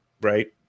right